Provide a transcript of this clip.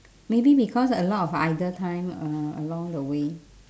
maybe because a lot of idle time uh along the way